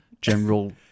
General